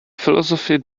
philosophy